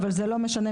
אבל זה לא משנה,